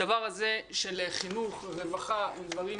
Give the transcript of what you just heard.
הדבר הזה של חינוך, רווחה, הם דברים